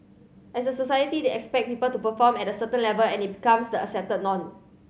as a society they expect people to perform at a certain level and it becomes the accepted norm